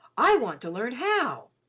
i want to learn how.